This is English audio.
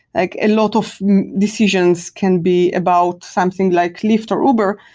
like a lot of decisions can be about something like lyft or uber.